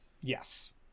yes